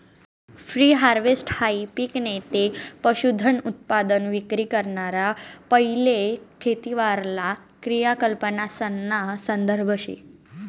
pre हारवेस्टहाई पिक नैते पशुधनउत्पादन विक्री कराना पैले खेतीवरला क्रियाकलापासना संदर्भ शे